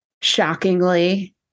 shockingly